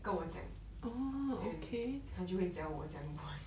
跟我讲 then 他就会叫我怎样玩